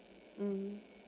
mm